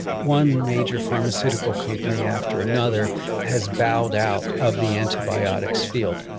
one major pharmaceutical company after another has bowed out of the antibiotics field.